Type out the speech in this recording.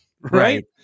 right